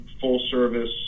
full-service